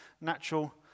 natural